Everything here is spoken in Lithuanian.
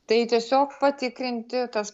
tai tiesiog patikrinti tas